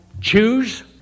choose